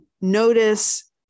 notice